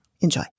Enjoy